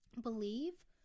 believe